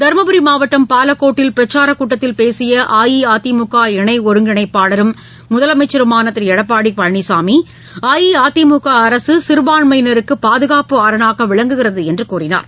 தருமபுரி மாவட்டம் பாலக்கோட்டில் பிரக்சாரக் கூட்டத்தில் பேசியஅஇஅதிமுக இணைஒருங்கிணைப்பாளரும் முதலமைச்சருமானதிருளடப்பாடிபழனிசாமி அஇஅதிமுகஅரசு சிறபான்மையினருக்குபாதுகாப்பு அரணாகவிளங்குகிறதுஎன்றுகூறினார்